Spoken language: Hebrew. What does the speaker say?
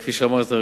כפי שאמרת,